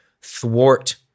thwart